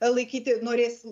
laikyti norės